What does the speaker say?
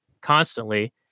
constantly